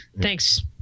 thanks